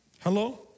Hello